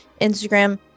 Instagram